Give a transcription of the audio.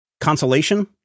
consolation